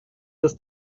des